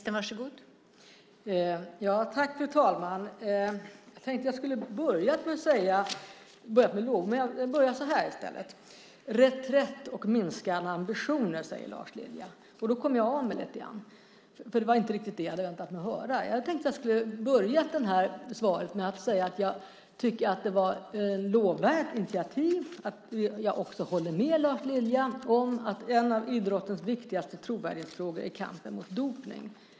Fru talman! Reträtt och minskade ambitioner talade Lars Lilja här om. Jag kom därför lite grann av mig, för det var inte riktigt vad jag hade väntat mig att höra. Jag hade tänkt inleda det här svaret med att säga att jag tycker att det var ett lovvärt initiativ och att jag håller med Lars Lilja om att en av idrottens viktigaste trovärdighetsfrågor är den om kampen mot dopning.